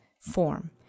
form